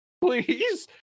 please